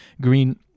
green